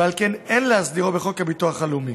ועל כן אין להסדירו בחוק הביטוח הלאומי.